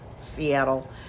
Seattle